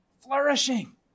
flourishing